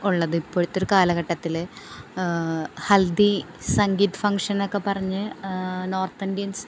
ഉള്ളത് ഇപ്പഴത്തൊരു കാലഘട്ടത്തിൽ ഹൽദി സംഗീത് ഫങ്ങ്ഷനൊക്കെ പറഞ്ഞു നോർത്ത് ഇന്ത്യൻസ്